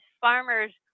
farmers